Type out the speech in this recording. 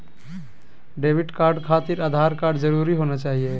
Debit card खातिर Aadhaar card जरूरी होना चाहिए?